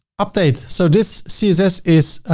update. so this css is